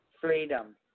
Freedom